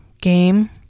game